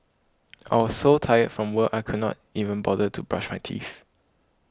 I was so tired from work I could not even bother to brush my teeth